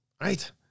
right